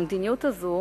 המדיניות הזאת